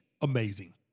amazing